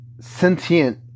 sentient